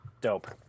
dope